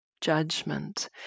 judgment